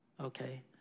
okay